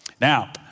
Now